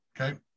okay